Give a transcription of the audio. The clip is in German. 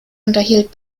unterhielt